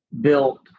built